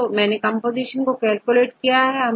तो मैं कंपोजीशन को कैलकुलेट करता हूं